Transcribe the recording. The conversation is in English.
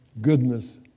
goodness